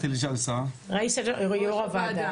מבחינתי עוד עם, עוד תרבות.